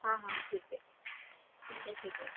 हाँ हाँ ठीक है ठीक है ठीक है